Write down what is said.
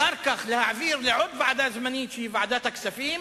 אחר כך להעביר לעוד ועדה זמנית, שהיא ועדת הכספים,